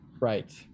Right